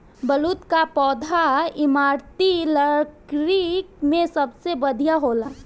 बलूत कअ पौधा इमारती लकड़ी में सबसे बढ़िया होला